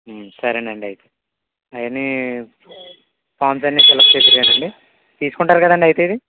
సరేనండి అయితే అయన్నీ ఫార్మ్స్ అన్నీ ఫిల్ అప్ చేశారు కదండి తీసుకుంటారు కదండి అయితే ఇది